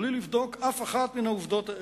בלי לבדוק אף אחת מהעובדות האלה.